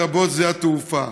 לרבות שדה התעופה.